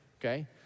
okay